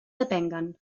depenguen